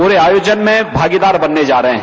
इस आयोजन में भागीदार बनने जा रहे हैं